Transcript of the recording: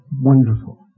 wonderful